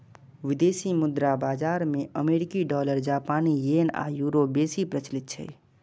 विदेशी मुद्रा बाजार मे अमेरिकी डॉलर, जापानी येन आ यूरो बेसी प्रचलित छै